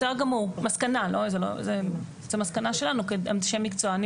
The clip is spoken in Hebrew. בסדר גמור, זאת מסקנה שלנו כאנשי מקצוע.